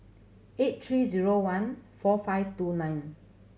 eight three zero one four five two nine